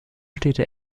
städte